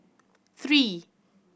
three